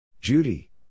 Judy